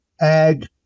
Ag